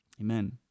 Amen